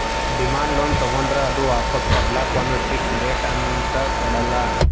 demand loan ತಗೋಂಡ್ರ್ ಅದು ವಾಪಾಸ್ ಕೊಡ್ಲಕ್ಕ್ ಒಂದ್ ಫಿಕ್ಸ್ ಡೇಟ್ ಅಂತ್ ಕೊಡಲ್ಲ